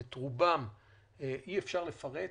את רובם אי-אפשר לפרט.